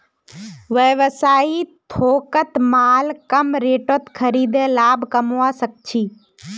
व्यवसायी थोकत माल कम रेटत खरीदे लाभ कमवा सक छी